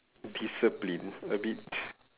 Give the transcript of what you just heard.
discipline a bit